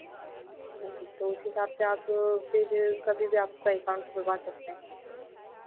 हाँ जी तो उस हिसाब से आप फिर कभी भी आपका एकाउंट खुलवा सकते हैं